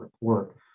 report